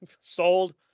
Sold